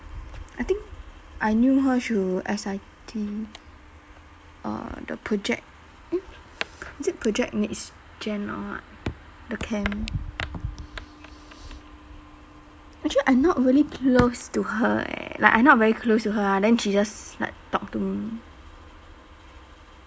I think I knew her through S_I_T uh the project eh is it project next gen or what the camp actually I not really close to her eh like I not very close to her ah then she just like talked to me